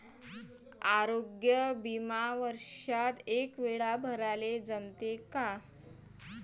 आरोग्य बिमा वर्षात एकवेळा भराले जमते का?